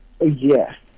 Yes